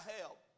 help